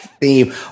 theme